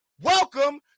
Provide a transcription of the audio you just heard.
welcome